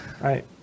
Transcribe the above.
right